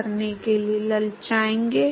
तो यह प्लेट के अंत में स्थानीय घर्षण गुणांक है